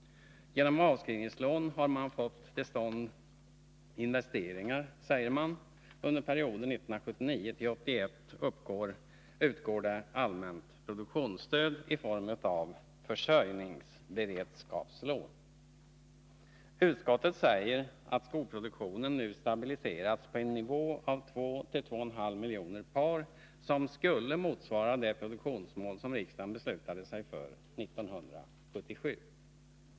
Genom avskrivningslån har man fått till stånd investeringar, säger man. Under perioden 1979-1981 utgår allmänt produktionsstöd i form av försörjningsberedskapslån. Utskottet säger att skoproduktionen nu stabiliserats på en nivå av 2-2,5 miljoner par, som skulle motsvara det produktionsmål som riksdagen beslutade sig för 1977.